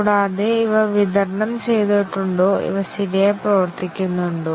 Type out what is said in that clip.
കൂടാതെ ഇവ വിതരണം ചെയ്തിട്ടുണ്ടോ ഇവ ശരിയായി പ്രവർത്തിക്കുന്നുണ്ടോ